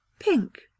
PINK